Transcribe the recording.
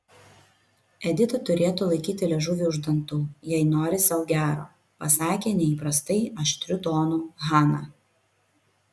edita turėtų laikyti liežuvį už dantų jei nori sau gero pasakė neįprastai aštriu tonu hana